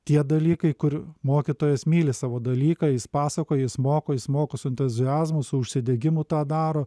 tie dalykai kur mokytojas myli savo dalyką jis pasakoja jis moko jis moko su entuziazmu su užsidegimu tą daro